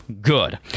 Good